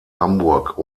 hamburg